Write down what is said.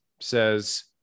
says